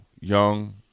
Young